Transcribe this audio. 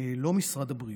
לא משרד הבריאות,